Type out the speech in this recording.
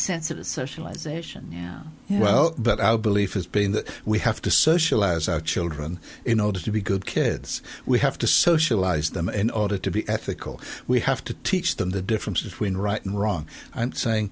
socialization yeah well but our belief has been that we have to socialize our children in order to be good kids we have to socialize them in order to be ethical we have to teach them the difference between right and wrong and say